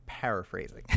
paraphrasing